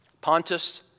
Pontus